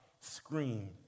scream